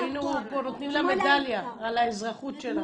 היינו פה נותנים לה מדליה על האזרחות שלה.